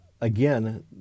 Again